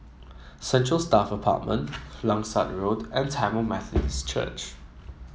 Central Staff Apartment Langsat Road and Tamil Methodist Church